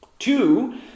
Two